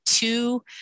Two